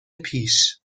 پیش